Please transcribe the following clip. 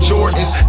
Jordans